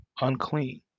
unclean